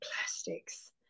plastics